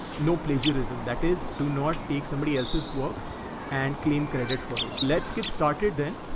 no plagiarism that is, do not take somebody else's work and claim credit for it. let's get started then.